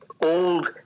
old